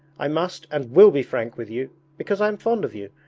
i must and will be frank with you because i am fond of you.